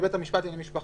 בבית המשפט לענייני משפחה,